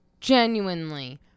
genuinely